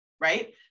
right